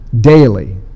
daily